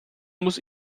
muss